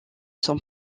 son